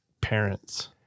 parents